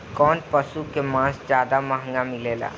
कौन पशु के मांस ज्यादा महंगा मिलेला?